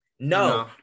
No